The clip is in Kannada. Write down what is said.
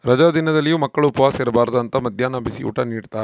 ರಜಾ ದಿನದಲ್ಲಿಯೂ ಮಕ್ಕಳು ಉಪವಾಸ ಇರಬಾರ್ದು ಅಂತ ಮದ್ಯಾಹ್ನ ಬಿಸಿಯೂಟ ನಿಡ್ತಾರ